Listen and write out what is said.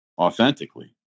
authentically